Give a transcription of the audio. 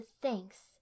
Thanks